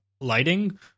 lighting